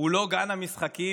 הוא לא גן המשחקים